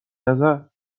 نظر